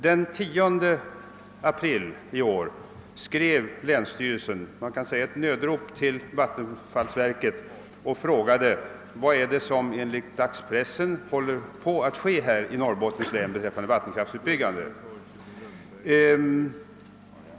Den 10 april i år skrev länsstyrelsen till vattenfallsverket — skrivelsen var faktiskt ett nödrop — och frågade vad det var som höll på att ske i Norrbotten beträffande vattenkraftsutbyggandet, som man kunde läsa om i dagspressen.